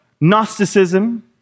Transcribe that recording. Gnosticism